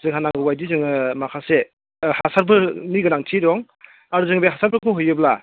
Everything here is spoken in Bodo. जोंहा नांगौ बायदि जों माखासे हासारफोरनि गोनांथि दं आरो जों बे हासारफोरखौ होयोब्ला